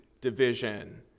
division